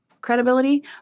credibility